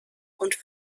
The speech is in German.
und